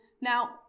Now